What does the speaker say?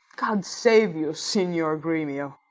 god save you, signior gremio!